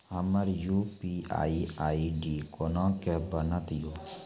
हमर UPI ID कोना के बनत यो?